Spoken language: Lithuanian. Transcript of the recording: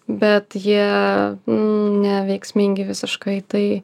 bet jie neveiksmingi visiškai tai